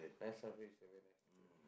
Night Safari is a very nice ticket